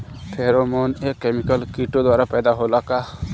Pheromone एक chemical किटो द्वारा पैदा होला का?